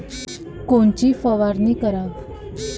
कोनची फवारणी कराव?